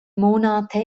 monate